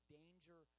danger